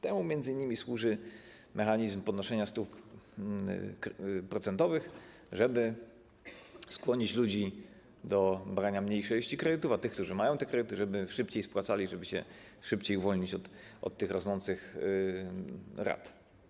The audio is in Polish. Temu m.in. służy mechanizm podnoszenia stóp procentowych, żeby skłonić ludzi do brania mniejszej ilości kredytów, a tych, którzy mają te kredyty, do tego, żeby szybciej spłacali, żeby szybciej się uwolnić od tych rosnących rat.